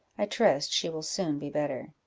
i trust she will soon be better.